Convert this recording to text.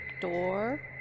door